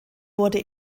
wurde